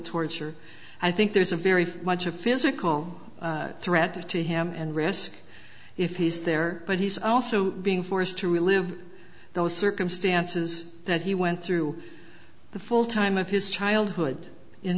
torture i think there's a very much a physical threat to him and risk if he's there but he's also being forced to relive those circumstances that he went through the full time of his childhood in